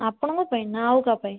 ଆପଣଙ୍କ ପାଇଁ ନା ଆଉ କାହା ପାଇଁ